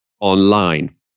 online